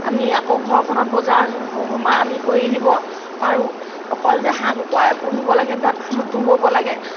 আমি আকৌ ঘৰখনত বজাৰ সমাৰ আমি কৰি দিব পাৰোঁ অকল যে হাঁহ কুকুৰাই পুহিব লাগে নহয় তাঁতো ব'ব লাগে